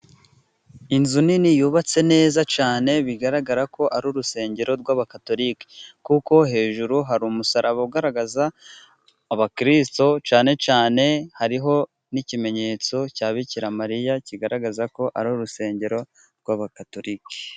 Inzu nini yubatse neza cyane bigaragarako ari urusengero rw'abakatolike kuko hejuru hari umusaraba ugaragaza abakirisito, cyane cyane hariho n'ikimenyetso cya Bikiramariya , kigaragazako ari urusengero rw'abakatolike.